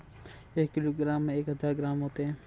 एक किलोग्राम में एक हज़ार ग्राम होते हैं